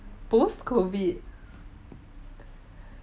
post-COVID